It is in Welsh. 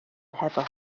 hefo